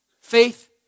faith